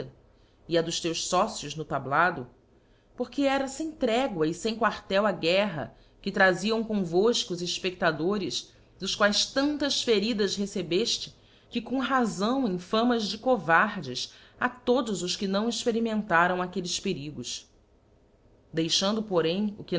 e a dos teus focios no tablado porque era fem tregoa e fem quartel a guerra que traziam comvofco os efpeftadores dos quaes tantas feridas recebefte que com razão infamas de covardes a todos os que não experimentaram aquelles perigos deixando porém o